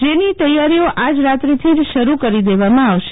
જેની તૈયારીઓ આજ રાત્રીથી જ શરૂ કરી દેવામાં આવશે